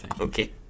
Okay